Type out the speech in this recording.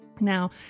Now